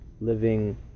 living